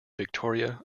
victoria